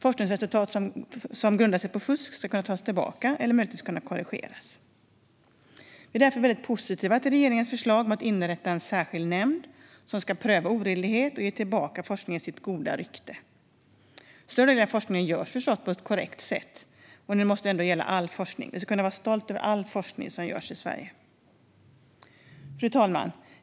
Forskningsresultat som grundar sig på fusk ska kunna tas tillbaka eller möjligtvis kunna korrigeras. Vi är därför väldigt positiva till regeringens förslag om att inrätta en särskild nämnd som ska pröva oredlighet och ge forskningen dess goda rykte tillbaka. Större delen av forskningen görs förstås på ett korrekt sätt, men detta måste gälla all forskning. Vi ska kunna vara stolta över all forskning som görs i Sverige. Fru talman!